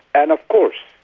and of course,